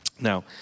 Now